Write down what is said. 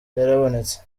yarabonetse